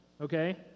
okay